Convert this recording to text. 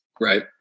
Right